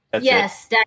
Yes